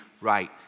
right